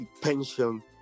pension